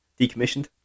Decommissioned